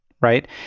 right